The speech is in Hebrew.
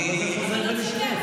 אבל לא לשקר.